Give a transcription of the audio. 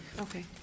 Okay